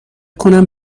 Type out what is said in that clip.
کنم